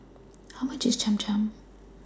How much IS Cham Cham